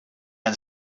and